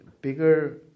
bigger